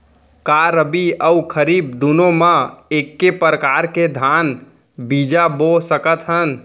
का रबि अऊ खरीफ दूनो मा एक्के प्रकार के धान बीजा बो सकत हन?